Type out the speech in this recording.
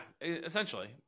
essentially